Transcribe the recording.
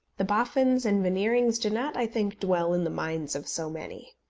the boffins and veneerings do not, i think, dwell in the minds of so many.